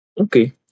Okay